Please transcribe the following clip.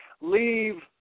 leave